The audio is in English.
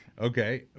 Okay